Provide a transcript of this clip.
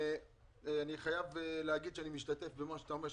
אני חייב להגיד שאני משתתף במה שאתה אומר,